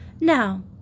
Now